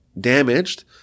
Damaged